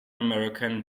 american